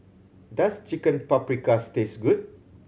does Chicken Paprikas taste good